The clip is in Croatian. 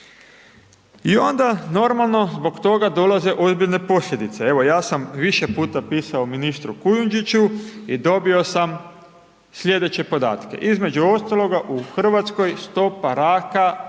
I onda normalno zbog toga dolaze ozbiljne posljedice. Evo ja sam više puta pisao ministru Kujundžiću i dobio sam sljedeće podatke, između ostaloga u Hrvatskoj stopa raka